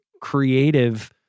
creative